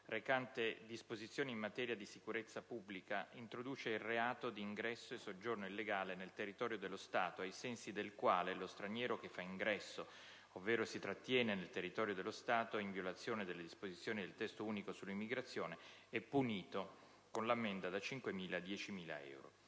recante «Disposizioni in materia di sicurezza pubblica», introduce il reato di ingresso e soggiorno illegale nel territorio dello Stato ai sensi del quale lo straniero che fa ingresso ovvero si trattiene nel territorio dello Stato, in violazione delle disposizioni del testo unico sull'immigrazione «è punito con l'ammenda da 5.000 a 10.000 euro»;